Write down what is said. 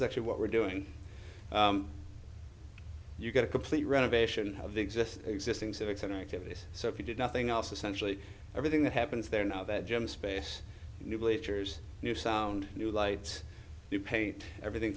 is actually what we're doing you get a complete renovation of the existing existing civic center activities so if you did nothing else essentially everything that happens there now that jim space new bleachers new sound new lights you paint everything